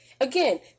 again